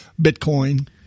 Bitcoin